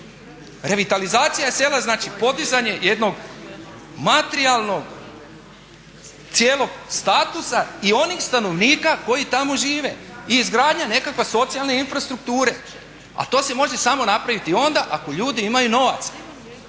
Revitalizacija sela je podizanje jednog materijalnog cijelog statusa i onih stanovnika koji tamo žive i izgradnje nekakve socijalne infrastrukture. A to se može samo napraviti onda ako ljudi imaju novaca,